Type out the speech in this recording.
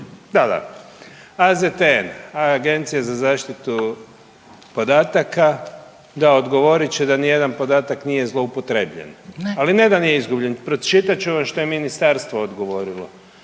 Da, da. AZTN, Agencija za zaštitu podataka da odgovorit će da nijedan podatak nije zloupotrebljen .../Upadica: Ne./... ali ne da nije izgubljen. Pročitat ću vam što je Ministarstvo odgovorilo.